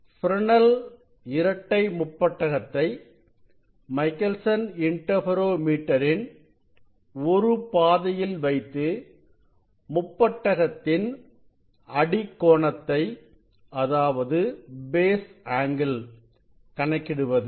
Fresnel இரட்டை முப்பட்டகத்தை Michelson இன்டர்ஃபெரோ மீட்டரின் ஒருபாதையில் வைத்து முப்பட்டகத்தின் அடிக் கோணத்தை கணக்கிடுவது